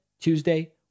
Tuesday